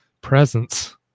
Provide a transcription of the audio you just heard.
presence